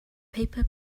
paper